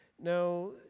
Now